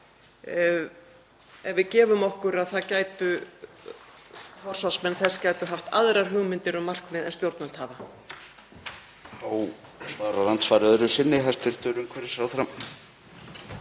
ef við gefum okkur að forsvarsmenn þess gætu haft aðrar hugmyndir um markmið en stjórnvöld hafa?